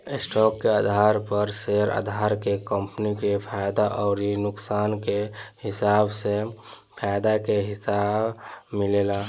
stock के आधार पर शेयरधारक के कंपनी के फायदा अउर नुकसान के हिसाब से फायदा के हिस्सा मिलेला